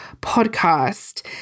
podcast